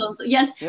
Yes